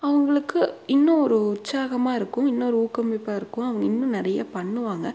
அவங்களுக்கு இன்னும் ஒரு உற்சாகமாக இருக்கும் இன்னும் ஒரு ஊக்குவிப்பாக இருக்கும் அவங்க இன்னும் நிறையா பண்ணுவாங்க